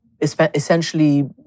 essentially